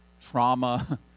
trauma